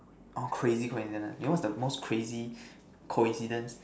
orh crazy coincidence ah eh what's the most crazy coincidence